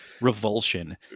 Revulsion